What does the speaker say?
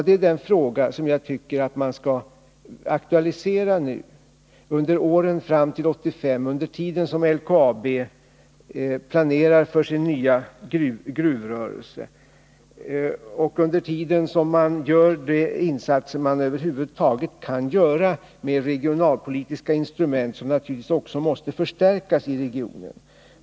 Det är den fråga som jag tycker att man skall aktualisera under åren fram till 1985, medan LKAB planerar för sin nya gruvrörelse och medan vi med regionalpolitiska instrument gör de andra insatser som måste göras i regionen.